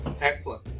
Excellent